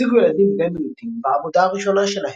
הציגו ילדים בני מיעוטים בעבודה הראשונה שלהם,